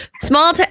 Small